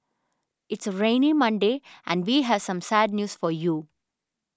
it's a rainy Monday and we have some sad news for you